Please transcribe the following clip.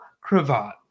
cravat